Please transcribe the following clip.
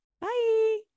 Bye